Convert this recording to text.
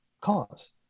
cause